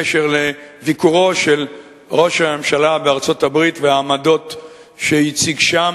לביקורו של ראש הממשלה בארצות-הברית והעמדות שהוא הציג שם.